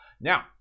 Now